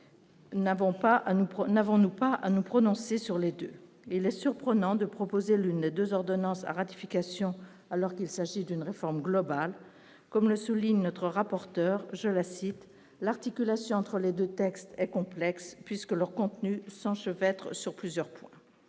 n'avons-nous pas à nous prononcer sur les 2, il est surprenant de proposer l'une, 2 ordonnances ratification, alors qu'il s'agit d'une réforme globale, comme le souligne notre rapporteur, je la cite l'articulation entre les 2 textes complexe puisque leur contenu sans cheveux, être sur plusieurs points,